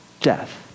death